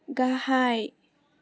गाहाय